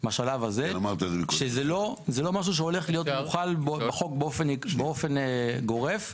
זה לא משהו שהולך להיות מוחל בחוק באופן גורף.